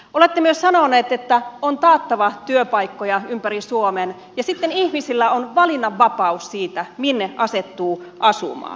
olette myös sanonut että on taattava työpaikkoja ympäri suomen ja sitten ihmisillä on valinnanvapaus siinä minne asettuvat asumaan